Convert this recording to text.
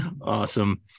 Awesome